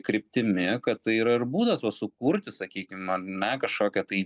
kryptimi kad tai yra ir būdas va sukurti sakykim ar ne kažkokią tai